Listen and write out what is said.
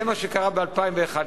זה מה שקרה ב-2011.